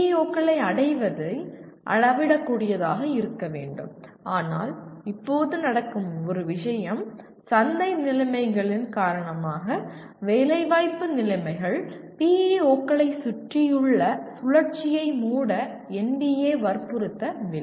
PEO களை அடைவது அளவிடக்கூடியதாக இருக்க வேண்டும் ஆனால் இப்போது நடக்கும் ஒரு விஷயம் சந்தை நிலைமைகளின் காரணமாக வேலைவாய்ப்பு நிலைமைகள் PEO களைச் சுற்றியுள்ள சுழற்சியை மூட NBA வற்புறுத்தவில்லை